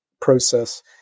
process